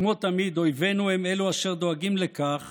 וכמו תמיד, אויבינו הם אשר דואגים לכך